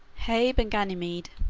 hebe and ganymede